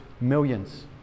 millions